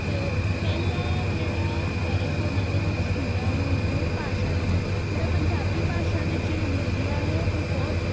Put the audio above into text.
ਅਤੇ ਪਹਿਲਾ ਜਿਹੜਾ ਫ਼ਰਕ ਉਹਨਾਂ ਦੇ ਵਿੱਚ ਹੁੰਦਾ ਹੈ ਹੁੰਦਾ ਇਕ ਭਾਸ਼ਾ ਦਾ ਜਿਹੜਾ ਪੰਜਾਬੀ ਭਾਸ਼ਾ ਵਿੱਚ ਜਿਹੜੇ ਮੀਡੀਆ ਹੈ ਉਹ ਬਹੁਤ